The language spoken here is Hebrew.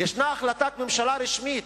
יש החלטת ממשלה רשמית.